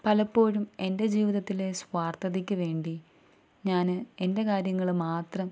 പലപ്പോഴും എൻ്റെ ജീവിതത്തിലെ സ്വാർത്ഥതയ്ക്കു വേണ്ടി ഞാൻ എൻ്റെ കാര്യങ്ങൾ മാത്രം